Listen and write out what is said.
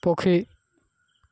ପକ୍ଷୀ